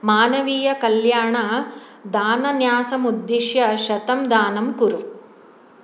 मानवीयकल्याणदानन्यासमुद्दिश्य शतम् दानं कुरु